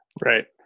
Right